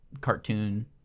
cartoon